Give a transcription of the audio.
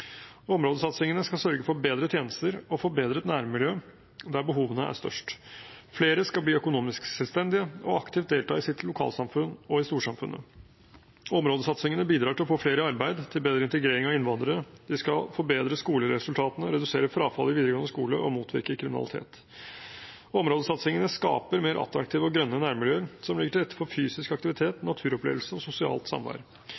Områdesatsingene skal sørge for bedre tjenester og forbedre nærmiljøet der behovene er størst. Flere skal bli økonomisk selvstendige og aktivt delta i sitt lokalsamfunn og i storsamfunnet. Områdesatsingene bidrar til å få flere i arbeid og til bedre integrering av innvandrere. De skal forbedre skoleresultatene, redusere frafall i videregående skole og motvirke kriminalitet. Områdesatsingene skaper mer attraktive og grønne nærmiljøer, som legger til rette for fysisk aktivitet,